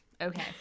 Okay